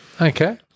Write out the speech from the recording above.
Okay